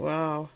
Wow